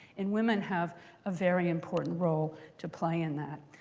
and women have a very important role to play in that.